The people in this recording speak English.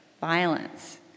violence